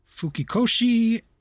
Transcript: Fukikoshi